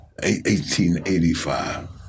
1885